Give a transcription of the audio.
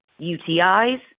UTIs